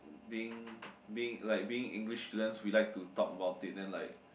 being being like being English means we like to talk about it then like